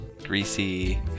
greasy